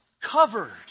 covered